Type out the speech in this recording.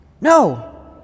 No